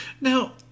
Now